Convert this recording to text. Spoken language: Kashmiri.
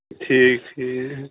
ٹھیٖک ٹھیٖک